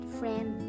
friend